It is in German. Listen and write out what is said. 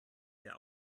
der